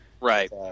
right